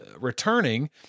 returning